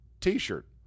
t-shirt